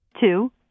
Two